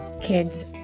kids